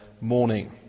morning